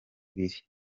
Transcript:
ibiri